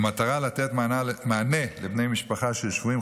במטרה לתת מענה לבני משפחה של שבויים,